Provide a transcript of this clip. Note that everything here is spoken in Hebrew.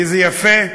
איזה יפה.